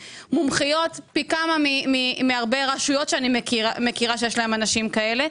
הן מומחיות פי כמה מהרבה רשויות שאני מכירה שיש להן אנשים כאלה.